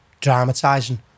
dramatizing